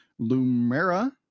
lumera